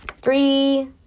three